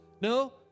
No